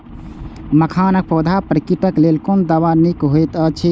मखानक पौधा पर कीटक लेल कोन दवा निक होयत अछि?